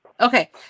Okay